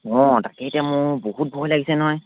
অঁ তাকে এতিয়া মোৰ বহুত ভয় লাগিছে নহয়